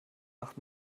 nach